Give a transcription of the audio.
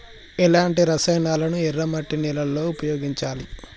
ఎలాంటి రసాయనాలను ఎర్ర మట్టి నేల లో ఉపయోగించాలి?